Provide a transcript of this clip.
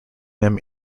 him